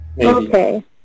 Okay